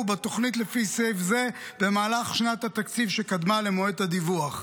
בתוכנית לפי סעיף זה במהלך שנת התקציב שקדמה למועד הדיווח.